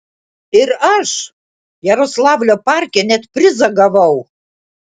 ir aš jaroslavlio parke net prizą gavau